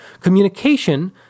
Communication